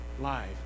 Live